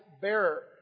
bearer